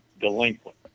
delinquent